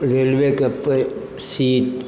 रेलवेके seat